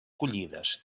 collides